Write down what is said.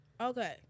Okay